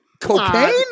Cocaine